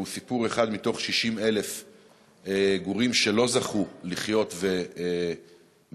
והוא אחד מתוך 60,000 גורים שלא זכו לחיות ומתו.